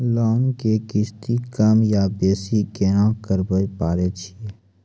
Loan के किस्ती कम या बेसी केना करबै पारे छियै?